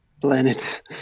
planet